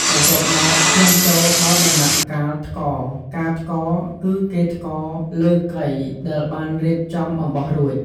បន្ទាប់មកឈានចូលដល់ដំណាក់កាលថ្ករ ការថ្ករ គឺគេថ្ករលើកីដែលបានរៀបចំអំបោះរួច។